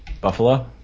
Buffalo